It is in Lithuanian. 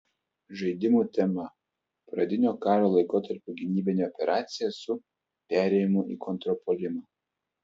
žaidimų tema pradinio karo laikotarpio gynybinė operacija su perėjimu į kontrpuolimą